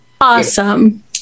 Awesome